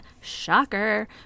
shocker